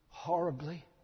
Horribly